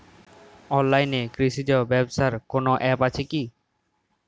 অনলাইনে কৃষিজ ব্যবসার কোন আ্যপ আছে কি?